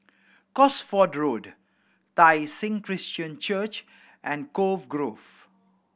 Cosford Road Tai Seng Christian Church and Cove Grove